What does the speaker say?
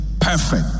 perfect